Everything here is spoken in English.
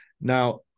Now